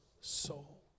soul